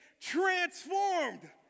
Transformed